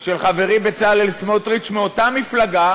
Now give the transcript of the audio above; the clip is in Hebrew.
של חברי בצלאל סמוטריץ, מאותה מפלגה,